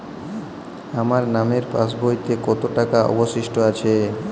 আমার নামের পাসবইতে কত টাকা অবশিষ্ট আছে?